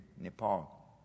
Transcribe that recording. Nepal